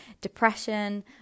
depression